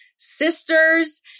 sisters